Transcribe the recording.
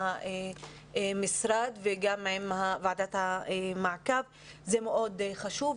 המשרד ועם ועדת המעקב כי זה מאוד חשוב.